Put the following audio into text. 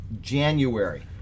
January